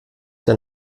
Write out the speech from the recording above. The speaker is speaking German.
der